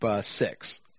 six